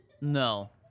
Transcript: No